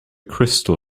crystal